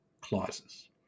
clauses